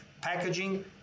packaging